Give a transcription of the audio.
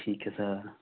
ਠੀਕ ਐ ਸਰ